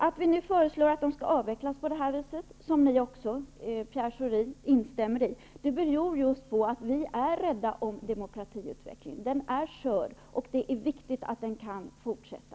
Att vi nu föreslår att sanktionerna skall avvecklas, vilket Pierre Schori också instämmer i, beror på att vi är rädda om demokratiutvecklingen. Denna är skör, och det är viktigt att den kan fortsätta.